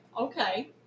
Okay